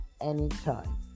anytime